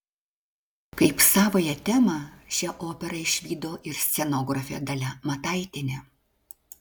kaip savąją temą šią operą išvydo ir scenografė dalia mataitienė